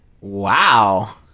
Wow